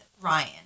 Ryan